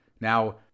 Now